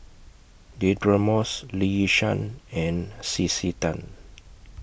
Deirdre Moss Lee Yi Shyan and C C Tan